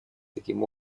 таким